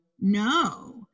no